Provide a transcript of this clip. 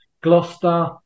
Gloucester